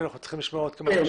כי אנחנו צריכים לשמוע עוד אנשים.